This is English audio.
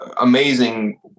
amazing